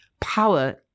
Power